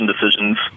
decisions